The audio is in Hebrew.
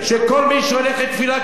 את רוצה שכל מי שהולך לטבילה,